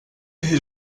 his